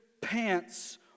pants